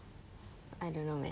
I don't know man